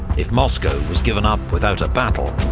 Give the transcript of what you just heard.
if moscow was given up without a battle,